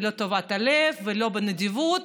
ולא מטוב לב ולא מנדיבות,